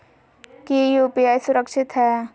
की यू.पी.आई सुरक्षित है?